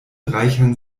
reichern